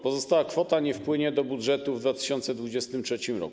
Pozostała kwota nie wpłynie do budżetu w 2023 r.